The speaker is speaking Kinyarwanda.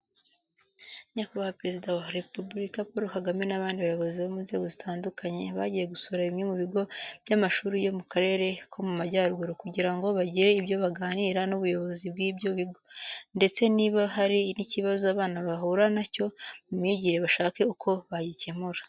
Nyakubahwa Perezida wa Repubulika Paul Kagame n'abandi bayobozi bo mu nzego zitandukanye, bagiye gusura bimwe mu bigo by'amashuri yo mu karere ko mu Majyaruguru kugira ngo bagire ibyo baganira n'ubuyobozi bw'ibyo bigo, ndetse niba hari n'ikibazo abana baba bahura na cyo mu myigire bashake uko bagikemura.